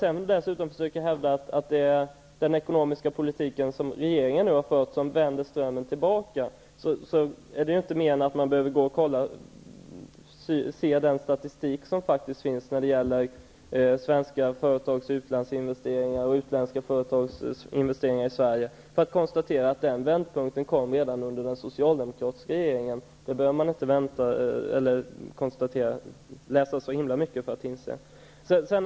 När man dessutom försöker hävda att det är den ekonomiska politik som regeringen nu har fört som vänder strömmen tillbaka, så behöver vi bara se den statistik som faktiskt finns över svenska företags utlandsinvesteringar och utländska företags investeringar i Sverige för att konstatera att den vändpunkten kom redan under den socialdemokratiska regeringen. Vi behöver inte läsa särskilt mycket för att inse det.